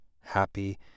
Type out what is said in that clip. happy